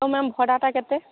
ହଉ ମ୍ୟାମ୍ ଭଡ଼ାଟା କେତେ